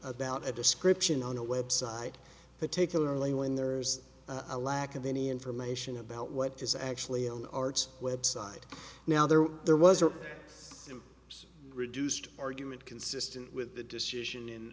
about a description on a website particularly when there's a lack of any information about what is actually in the arts website now there there was a reduced argument consistent with the decision in